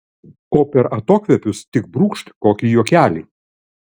o per atokvėpius tik brūkšt kokį juokelį